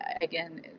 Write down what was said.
again